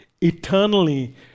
Eternally